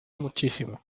muchísimo